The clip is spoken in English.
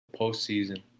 Postseason